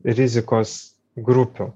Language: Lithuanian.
rizikos grupių